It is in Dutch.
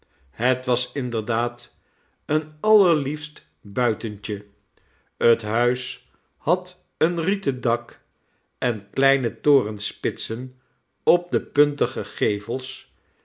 het was inderdaad een allerliefst buitentje het huis had een rieten dak en kleine torenspitsen op de puntige gevels